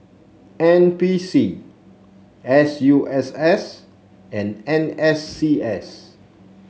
N P C S U S S and N S C S